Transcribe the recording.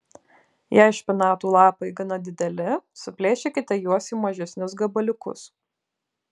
jei špinatų lapai gana dideli suplėšykite juos į mažesnius gabaliukus